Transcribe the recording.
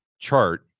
Chart